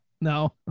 No